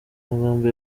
magambo